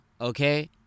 okay